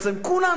כולנו,